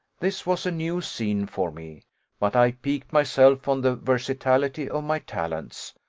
this was a new scene for me but i piqued myself on the versatility of my talents,